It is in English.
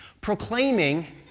proclaiming